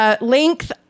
length